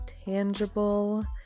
Tangible